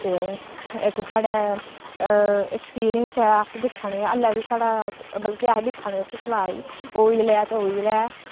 ते इक साढ़ै अक्सपीरियंस ऐ अस दिक्खा ने आं हल्लैं बी साढ़ा बल्कि अस दिक्खा ने उस्सी तलाऽ गी उ'ऐ जेहा ऐ ते उ'ऐ जेहा ऐ